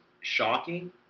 shocking